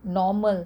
normal